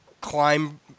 climb